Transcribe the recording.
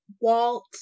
walt